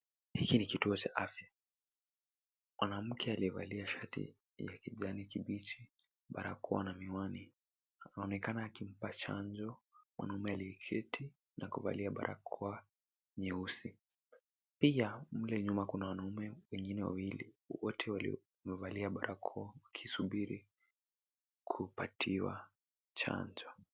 Hiki ni kituo cha afya, mwanamke aliyevalia shati ya kijani kibichi, barokoa na miwani, anaonekana akimpa chanjo mwanaume aliyeketi na kuvalia barakoa nyeusi. Pia mle nyuma kuna wanaume wengine wawili wote wamevalia barakoa wakisubiri kupatiwa chanjo.